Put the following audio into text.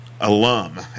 alum